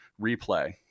replay